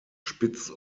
spitz